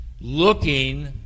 Looking